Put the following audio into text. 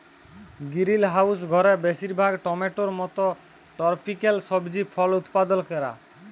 greenhouse ঘরে বেশিরভাগ টমেটোর মত টরপিক্যাল সবজি ফল উৎপাদল ক্যরা